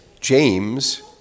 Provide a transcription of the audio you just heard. James